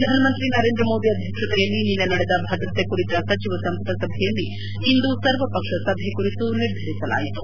ಪ್ರಧಾನ ಮಂತ್ರಿ ನರೇಂದ್ರ ಮೋದಿ ಅಧ್ಯಕ್ಷತೆಯಲ್ಲಿ ನಿನ್ನೆ ನಡೆದ ಭದ್ರತೆ ಕುರಿತ ಸಚಿವ ಸಂಪುಟ ಸಭೆಯಲ್ಲಿ ಇಂದು ಸರ್ವಪಕ್ಷ ಸಭೆ ಕರೆಯುವ ಕುರಿತು ನಿರ್ಧರಿಸಲಾಯಿತು